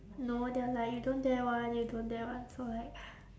no they are like you don't dare [one] you don't dare [one] so like